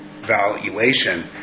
valuation